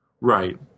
Right